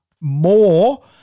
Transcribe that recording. more